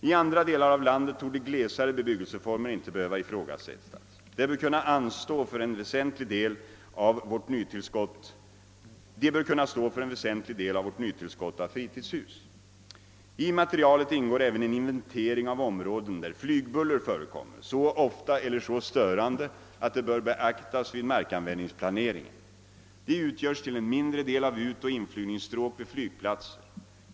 I andra delar av landet torde glesare bebyggelseformer inte behöva ifrågasättas. De bör kunna stå för en väsentlig del av vårt nytillskott av fritidshus. I materialet ingår även en inventering av områden, där flygbuller förekommer så ofta eller är så störande, att det bör beaktas vid markanvändningsplanering en. De utgörs till en mindre del av utoch inflygningsstråk vid flygplatser.